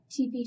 TV